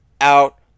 out